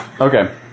Okay